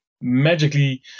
magically